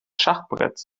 schachbretts